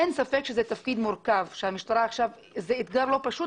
אין ספק שזה תפקיד מורכב וזה אתגר לא פשוט